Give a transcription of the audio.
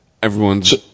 Everyone's